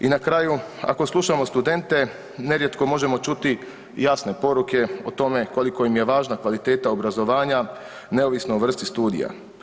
I na kraju ako slušamo studente nerijetko možemo čuti jasne poruke o tome koliko im je važna kvaliteta obrazovanja neovisno o vrsti studija.